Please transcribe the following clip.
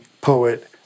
poet